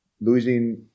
losing